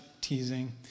teasing